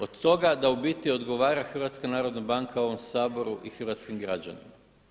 Od toga da u biti odgovara HNB ovom Saboru i hrvatskim građanima.